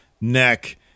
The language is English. neck